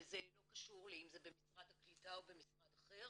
וזה לא קשור לאם זה במשרד הקליטה או במשרד אחר.